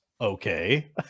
Okay